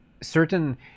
Certain